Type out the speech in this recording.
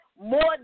more